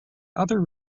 other